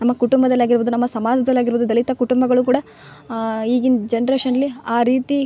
ನಮ್ಮ ಕುಟುಂಬದಲ್ಲಾಗಿರ್ಬೋದು ನಮ್ಮ ಸಮಾಜದಲಾಗಿರ್ಬೋದು ದಲಿತ ಕುಟುಂಬಗಳು ಕೂಡ ಈಗಿನ ಜನ್ರೇಷನಲ್ಲಿ ಆ ರೀತಿ